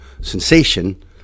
sensation